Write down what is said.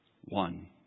one